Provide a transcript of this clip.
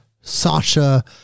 Sasha